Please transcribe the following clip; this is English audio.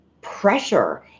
pressure